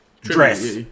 dress